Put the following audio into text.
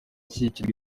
ashyigikira